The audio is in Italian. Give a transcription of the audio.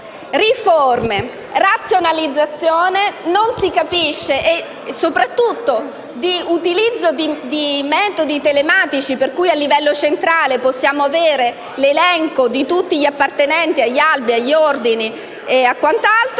riforme, di razionalizzazione e soprattutto di utilizzo di metodi telematici per cui a livello centrale possiamo avere l'elenco di tutti gli appartenenti agli albi e agli ordini, non